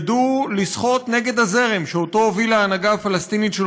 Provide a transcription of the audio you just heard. ידעו לשחות באומץ נגד הזרם שהובילה ההנהגה הפלסטינית של